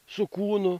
su kūnu